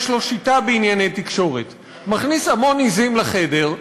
יש לו שיטה בענייני תקשורת: מכניס המון עזים לחדר,